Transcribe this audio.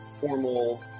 formal